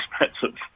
expensive